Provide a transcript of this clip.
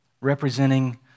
representing